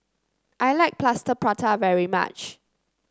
I like Plaster Prata very much